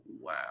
Wow